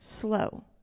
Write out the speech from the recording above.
slow